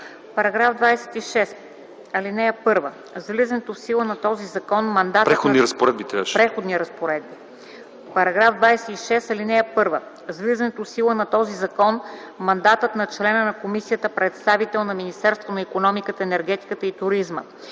§ 26. (1) С влизането в сила на този закон мандатът на члена на комисията – представител на Министерството на икономиката, енергетиката и туризма